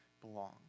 belong